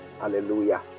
Hallelujah